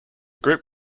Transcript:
group